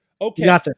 Okay